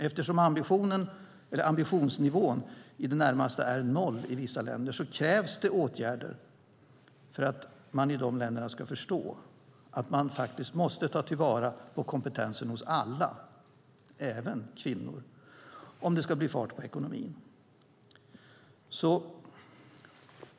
Eftersom ambitionsnivån i det närmaste är noll i vissa länder krävs det åtgärder för att man i de länderna ska förstå att man måste ta till vara kompetensen hos alla, även kvinnor, om det ska bli fart på ekonomin.